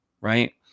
right